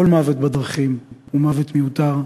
כל מוות בדרכים הוא מוות מיותר.